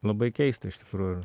labai keista iš tikrųjų